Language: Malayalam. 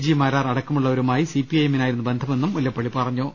ജി മാരാർ അടക്കമുള്ളവരു മായി സി പി ഐ എമ്മിനായിരുന്നു ബന്ധമെന്നും മുല്ലപ്പള്ളി പറഞ്ഞു